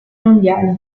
mondiali